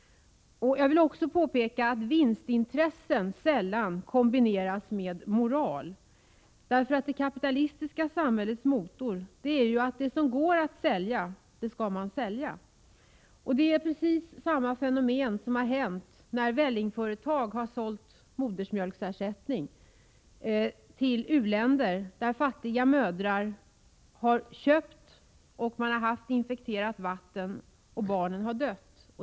Jag vill också påpeka att vinstintressen sällan kombineras med moral. Det kapitalistiska samhällets motor är ju att det som går att sälja det skall man sälja. Det är som när vällingföretag har sålt modersmjölksersättning till u-länder där fattiga mödrar har köpt den, blandat ut den med infekterat vatten och barnen har dött.